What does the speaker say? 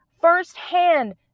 firsthand